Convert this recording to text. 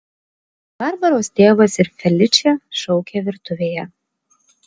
barbaros tėvas ir feličė šaukė virtuvėje